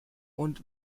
und